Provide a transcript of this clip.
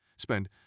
spend